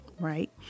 Right